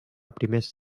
primers